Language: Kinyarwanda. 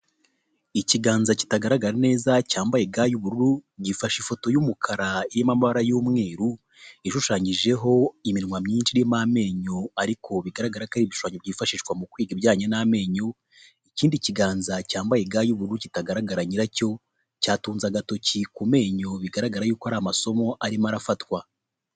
Ikiganza kitagaragara neza cyambaye ga y'ubururu, gifashe ifoto y'umukara irimo amabara y'umweru, ishushanyijeho iminwa myinshi irimo amenyo ariko bigaragara ko ari ibishushanyo byifashishwa mu kwiga ibijyanye n'amenyo, ikindi kiganza cyambaye ga y'ubururu kitagaragara nyiracyo, cyatunze agatoki ku menyo bigaragara yuko ari amasomo arimo arafatwa.